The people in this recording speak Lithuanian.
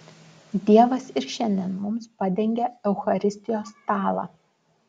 dievas ir šiandien mums padengia eucharistijos stalą